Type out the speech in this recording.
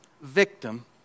victim